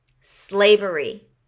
Slavery